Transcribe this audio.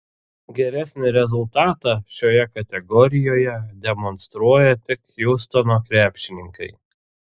geresnį rezultatą šioje kategorijoje demonstruoja tik hjustono krepšininkai